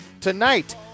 Tonight